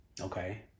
Okay